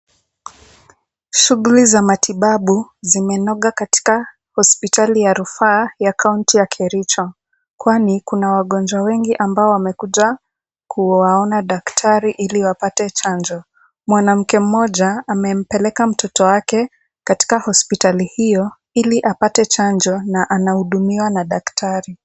Shughuli za matibabu zimenoga katika hospitali ya rufaa ya kaunti ya Kericho. Kwani kuna wagonjwa wengi ambao wamekuja kuwaona daktari ili wapate chanjo. Mwanamke mmoja amempeleka mtoto wake katika hospitali hiyo ili apate chanjo na anahudumiwa na daktari.